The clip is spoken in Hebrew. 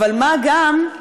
מה גם,